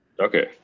Okay